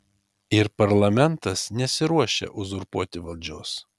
ir parlamentas nesiruošia uzurpuoti valdžios